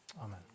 Amen